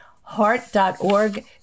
heart.org